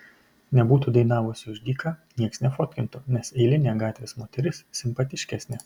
nebūtų dainavusi už dyką nieks nefotkintų nes eilinė gatvės moteris simpatiškesnė